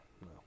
no